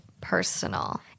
Personal